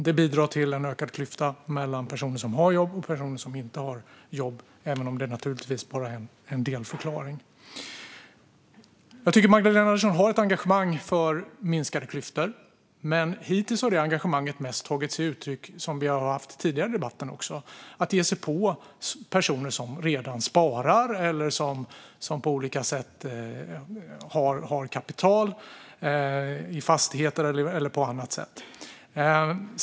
Det bidrar till en ökad klyfta mellan personer som har jobb och personer som inte har jobb, även om det naturligtvis bara är en delförklaring. Jag tycker att Magdalena Andersson har ett engagemang för minskade klyftor, men hittills har det engagemanget mest tagit sig uttryck, som vi har hört tidigare i debatten, i att hon ger sig på personer som redan sparar eller som på olika sätt har kapital, till exempel i fastigheter.